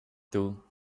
two